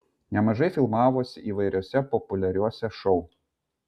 nemažai filmavosi įvairiuose populiariuose šou